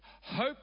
Hope